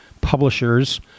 Publishers